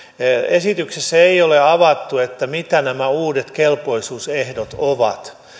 esityksessä ei ole avattu sitä mitä nämä uudet kelpoisuusehdot ovat